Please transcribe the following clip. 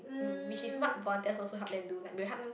mm which is what volunteers also help them do like we'll help them